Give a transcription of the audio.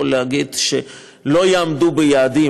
יכול להגיד שלא יעמדו ביעדים,